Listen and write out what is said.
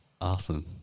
Awesome